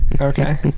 Okay